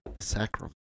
Sacrum